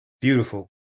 Beautiful